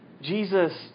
Jesus